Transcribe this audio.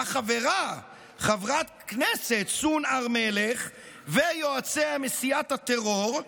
שבה חברים חברת הכנסת סון הר מלך ויועציה מסיעת הטרור,